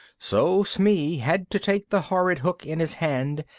so smee had to take the horrid hook in his hand,